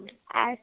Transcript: আ